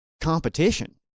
competition